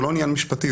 זה לא עניין משפטי.